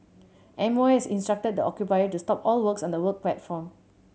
M O has instructed the occupier to stop all works on the work platform